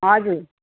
हजुर